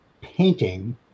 painting